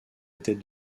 était